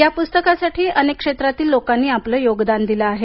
या पुस्तकासाठी अनेक क्षेत्रातील लोकांनी आपले योगदान दिले आहे